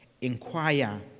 inquire